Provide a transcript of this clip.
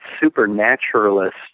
supernaturalist